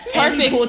perfect